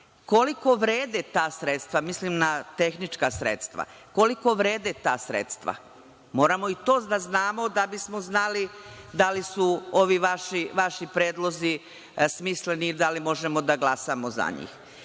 koliko vrede ta sredstva, mislim na tehnička sredstva, koliko vrede ta sredstva? Moramo i to da znamo da bismo znali da li su ovi vaši predlozi smisleni i da li možemo da glasamo za